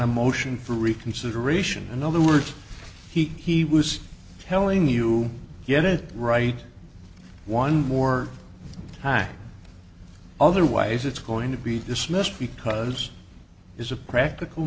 a motion for reconsideration in other words he he was telling you get it right one more time otherwise it's going to be dismissed because it's a practical